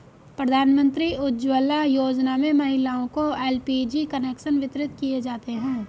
प्रधानमंत्री उज्ज्वला योजना में महिलाओं को एल.पी.जी कनेक्शन वितरित किये जाते है